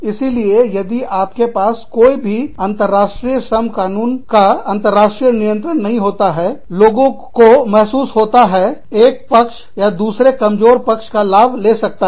इसीलिए यदि आपके पास कोई भी अंतरराष्ट्रीय श्रम कानून का अंतरराष्ट्रीय नियंत्रण नहीं होता लोगों को महसूस होता है एक पक्ष या दूसरे कमजोर पक्ष का लाभ ले सकता है